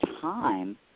time